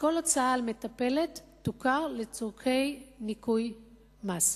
שכל הוצאה על מטפלת תוכר לצורך ניכוי מס.